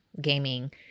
gaming